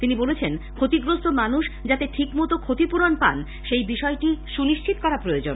তিনি বলেছেন ক্ষতিগ্রস্ত মানুষ যাতে ঠিকমতো ক্ষতিপূরণ পান সেই বিষয়টি সুনিশ্চিত করা প্রয়োজন